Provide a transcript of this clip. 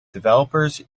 developers